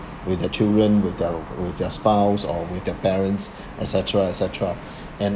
with their children with their with their spouse or with their parents et cetera et cetera and